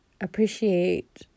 appreciate